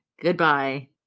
goodbye